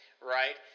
right